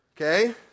Okay